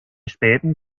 späten